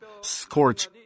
scorch